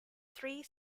three